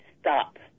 stop